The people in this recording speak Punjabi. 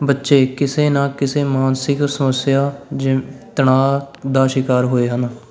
ਬੱਚੇ ਕਿਸੇ ਨਾ ਕਿਸੇ ਮਾਨਸਿਕ ਸਮੱਸਿਆ ਜਿਵੇਂ ਤਣਾਅ ਦਾ ਸ਼ਿਕਾਰ ਹੋਏ ਹਨ